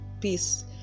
Peace